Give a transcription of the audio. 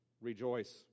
Rejoice